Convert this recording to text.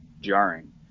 jarring